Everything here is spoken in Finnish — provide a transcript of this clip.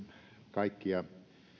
kaikkia